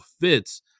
fits